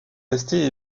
rester